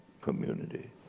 community